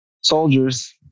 soldiers